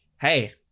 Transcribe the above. Hey